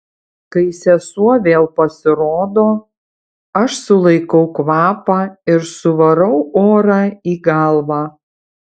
kai sesuo vėl pasirodo aš sulaikau kvapą ir suvarau orą į galvą